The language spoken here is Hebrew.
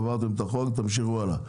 עברתם את החוק תמשיכו הלאה.